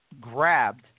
grabbed